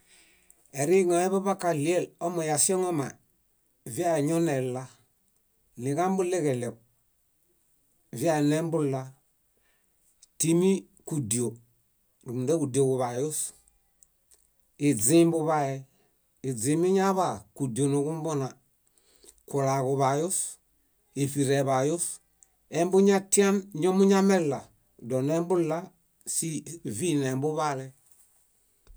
. Eriŋo eḃaḃakaɭiel omaŝeŋoma viaeñonella, niġambuɭeġeɭew viaenembulla. Timi kúdio, rúmundaġudioġuḃayus, iźĩimbuḃae, iźĩ miñaḃaa kúdio nuġumbuna, kulaġuḃayus, éṗireḃayus. Embuñatian ñomuñamella, donembulla sí- víi nembuḃaale.